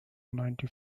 ninety